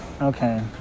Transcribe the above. Okay